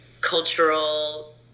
cultural